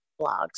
blogs